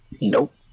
Nope